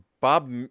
Bob